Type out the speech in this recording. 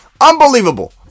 unbelievable